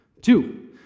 Two